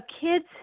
kids